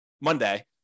monday